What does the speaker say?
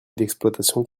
d’exploitation